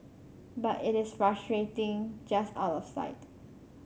but it is frustratingly just out of sight